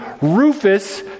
Rufus